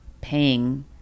paying